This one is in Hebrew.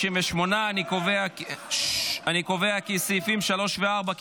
38. אני קובע כי סעיפים 3 ו-4,